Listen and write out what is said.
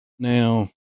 Now